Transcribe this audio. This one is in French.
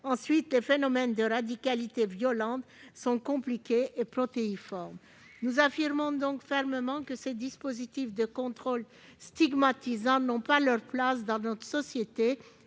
Ensuite, les phénomènes de radicalité violente sont compliqués et protéiformes. Nous affirmons donc fermement que ces dispositifs de contrôle stigmatisants n'ont pas leur place dans notre société.